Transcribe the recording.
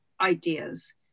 ideas